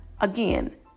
again